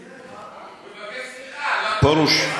פרוש,